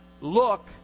look